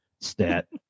Stat